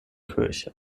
kirche